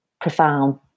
profound